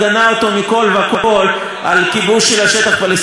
וכול על כיבוש של השטח הפלסטיני הכבוש.